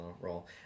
role